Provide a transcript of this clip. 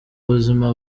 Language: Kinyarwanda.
buzima